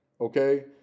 Okay